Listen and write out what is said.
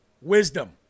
wisdom